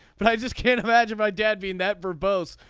but i just can't imagine my dad being that verbose.